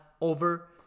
over